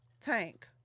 Tank